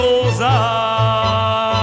rosa